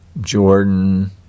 Jordan